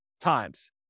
times